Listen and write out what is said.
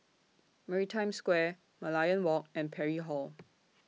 Maritime Square Merlion Walk and Parry Hall